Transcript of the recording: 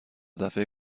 دفعه